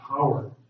power